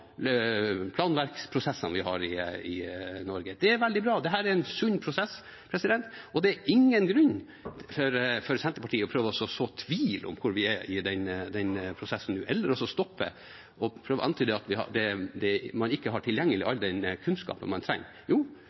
sunn prosess, og det er ingen grunn for Senterpartiet til å prøve å så tvil om hvor vi er i denne prosessen nå, eller stoppe opp og prøve å antyde at man ikke har tilgjengelig all den kunnskapen man trenger. Jo,